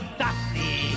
dusty